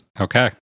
Okay